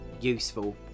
useful